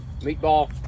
meatball